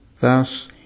Thus